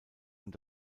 und